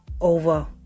over